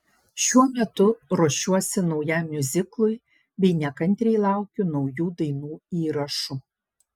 šiuo metu ruošiuosi naujam miuziklui bei nekantriai laukiu naujų dainų įrašų